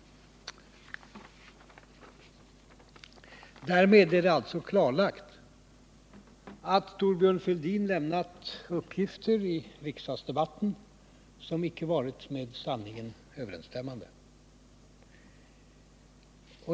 Därmed är det alltså klarlagt att Thorbjörn Fälldin lämnat uppgifter i riksdagsdebatten som inte varit med sanningen överensstämmande.